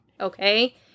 Okay